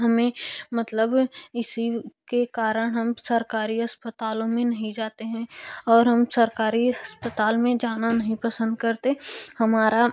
हमें मतलब इसी के कारण हम सरकारी अस्पतालों में नहीं जाते हैं और हम सरकारी हस्पताल में जाना नहीं पसंद करते हमारा